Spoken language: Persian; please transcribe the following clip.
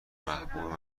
محبوب